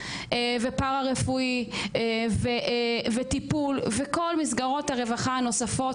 ופרה-רפואי וטיפול וכל מסגרות הרווחה הנוספות,